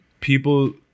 people